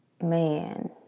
man